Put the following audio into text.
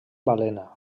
balena